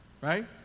right